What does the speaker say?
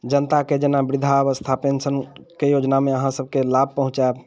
जनताके जेना वृद्धा अवस्था पेंशनके योजनामे अहाँ सबकेँ लाभ पहुचायब